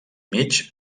mig